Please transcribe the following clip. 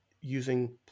using